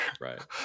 right